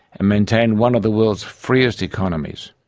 and maintained one of the world freest economies.